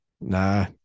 Nah